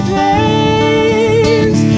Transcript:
days